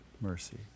mercy